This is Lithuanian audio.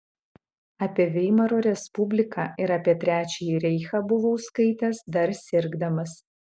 apie veimaro respubliką ir apie trečiąjį reichą buvau skaitęs dar sirgdamas